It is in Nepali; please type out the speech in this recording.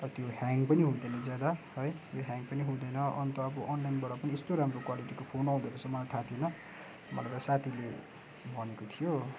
र त्यो ह्याङ्ग पनि हुँदैन ज्यादा है यो ह्याङ्ग पनि हुँदैन अन्त अब अनलाइनबाट पनि यस्तो राम्रो क्वालिटीको फोन आउँदोरहेछ मलाई थाहा थिएन मलाई त साथीले भनेको थियो